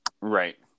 Right